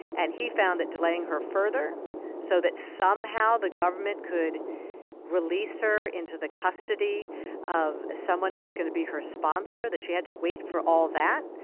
and he found that delaying her further so that somehow the government could release her into the custody of someone's who's going to be her sponsor that she had to wait for all that,